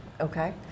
Okay